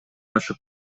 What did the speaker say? ашык